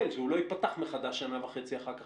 ושהוא לא ייפתח מחדש לוויכוח שנה וחצי אחר כך.